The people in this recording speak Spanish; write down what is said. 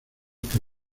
que